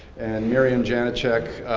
and miriam janechek,